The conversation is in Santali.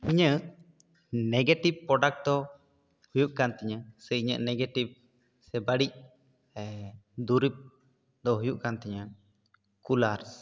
ᱤᱧᱟᱹᱜ ᱱᱮᱜᱮᱴᱤᱵᱽ ᱯᱨᱚᱰᱟᱠᱴ ᱫᱚ ᱦᱩᱭᱩᱜ ᱠᱟᱱ ᱛᱤᱧᱟᱹ ᱥᱮ ᱤᱧᱟᱹᱜ ᱱᱮᱜᱮᱴᱤᱵᱽ ᱥᱮ ᱵᱟᱹᱲᱤᱡ ᱫᱩᱨᱤᱵᱽ ᱫᱚ ᱦᱩᱭᱩᱜ ᱠᱟᱱ ᱛᱤᱧᱟᱹ ᱠᱩᱞᱟᱨᱥ